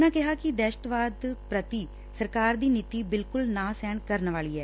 ਉਨ੍ਹਾਂ ਕਿਹਾ ਕਿ ਦਹਿਸ਼ਤਵਾਦ ਪ੍ਰਤੀ ਸਰਕਾਰ ਦੀ ਨੀਤੀ ਬਿਲਕੁਲ ਨਾ ਸਹਿਣ ਕਰਨ ਵਾਲੀ ਐ